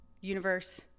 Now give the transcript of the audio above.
universe